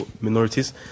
minorities